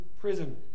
prison